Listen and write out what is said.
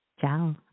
Ciao